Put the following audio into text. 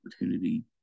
opportunity